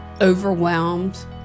overwhelmed